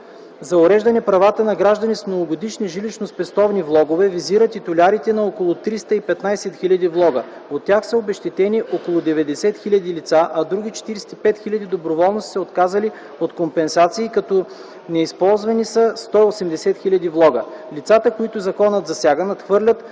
за уреждане правата на граждани с многогодишни жилищно-спестовни влогове визира титулярите на около 315 000 влога. От тях са обезщетени около 90 000 лица, а други 45 000 доброволно са се отказали от компенсации, като неизползвани са 180 000 влога. Лицата, които законът засяга, надхвърлят